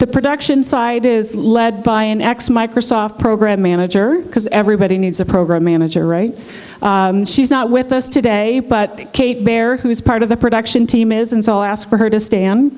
the production side is led by an ex microsoft program manager because everybody needs a program manager right she's not with us today but kate baer who is part of the production team is and so i ask her to stay